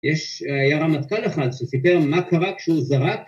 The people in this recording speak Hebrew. יש היה רמטכ"ל אחד שסיפר מה קרה כשהוא זרק